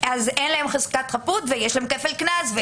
אז אין להם חזקת חפות ויש להם כפל קנס.